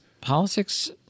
Politics